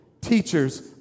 teachers